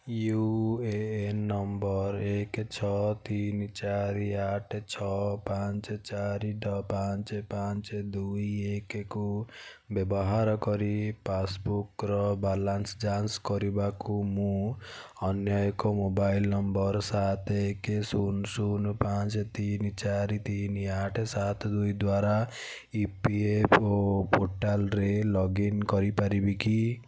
you A N number ଏକ ଛଅ ତିନି ଚାରି ଆଠ ଛଅ ପାଞ୍ଚ ଚାରି ପାଞ୍ଚ ପାଞ୍ଚ ଦୁଇ ଏକକୁ ବ୍ୟବହାର କରି ପାସ୍ବୁକ୍ର ବାଲାନ୍ସ୍ ଯାଞ୍ଚ କରିବାକୁ ମୁଁ ଅନ୍ୟ ଏକ ମୋବାଇଲ ନମ୍ବର ସାତ ଏକ ଶୂନ ଶୂନ ପାଞ୍ଚ ତିନି ଚାରି ତିନି ଆଠ ସାତ ଦୁଇ ଦ୍ଵାରା ଇ ପି ଏଫ୍ ଓ ପୋର୍ଟାଲ୍ରେ ଲଗ୍ ଇନ୍ କରିପାରିବି କି